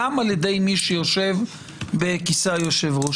גם על ידי מי שיושב בכיסא היושב-ראש.